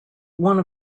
one